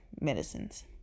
medicines